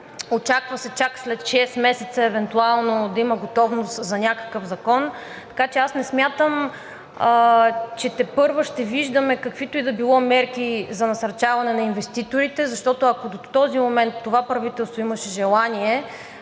Очаква се чак след шест месеца евентуално да има готовност за някакъв закон. Така че аз не смятам, че тепърва ще виждаме каквито и да било мерки за насърчаване на инвеститорите, защото, ако до този момент това правителство имаше желание